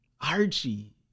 archie